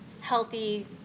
healthy